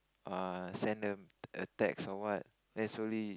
err send them a text or what then slowly